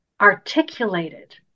articulated